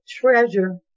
treasure